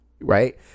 right